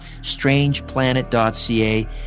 StrangePlanet.ca